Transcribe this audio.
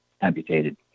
amputated